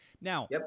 Now